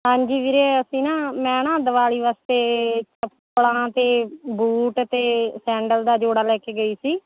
ਹਾਂਜੀ ਵੀਰੇ ਅਸੀਂ ਨਾ ਮੈਂ ਨਾ ਦਿਵਾਲੀ ਵਾਸਤੇ ਚੱਪਲਾਂ ਅਤੇ ਬੂਟ ਅਤੇ ਸੈਂਡਲ ਦਾ ਜੋੜਾ ਲੈ ਕੇ ਗਈ ਸੀ